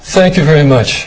thank you very much